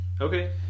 Okay